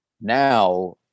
now